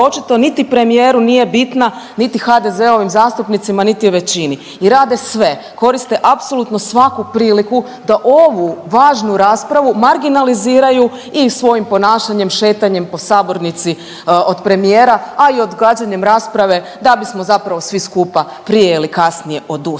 očito niti premijeru nije bitna niti HDZ-ovim zastupnicima niti većini i rade sve, koriste apsolutno svaku priliku da ovu važnu raspravu marginaliziraju i svojim ponašanjem, šetanjem po sabornici od premijera, a i odgađanjem rasprave, da bismo zapravo svi skupa prije ili kasnije odustali.